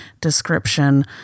description